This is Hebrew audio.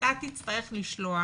אתה תצטרך לשלוח